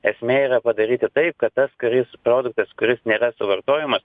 esmė yra padaryti taip kad tas kuris produktas kuris nėra suvartojamas